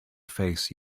face